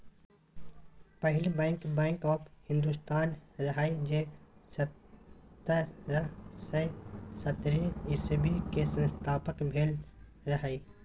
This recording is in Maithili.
पहिल बैंक, बैंक आँफ हिन्दोस्तान रहय जे सतरह सय सत्तरि इस्बी मे स्थापित भेल रहय